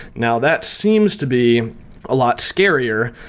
now that seems to be a lot scarier,